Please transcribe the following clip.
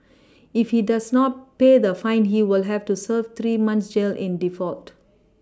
if he does not pay the fine he will have to serve three months jail in default